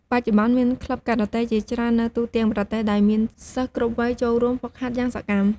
បច្ចុប្បន្ន មានក្លឹបការ៉ាតេជាច្រើននៅទូទាំងប្រទេស ដោយមានសិស្សគ្រប់វ័យចូលរួមហ្វឹកហាត់យ៉ាងសកម្ម។